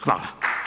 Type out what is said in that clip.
Hvala.